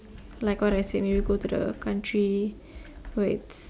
like what I said maybe go to the country where it's